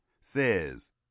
says